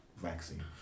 Vaccine